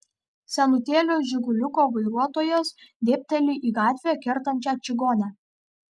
senutėlio žiguliuko vairuotojas dėbteli į gatvę kertančią čigonę